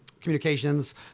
communications